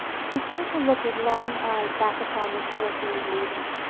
she seemed to look with longing eyes back upon the shore she was leaving,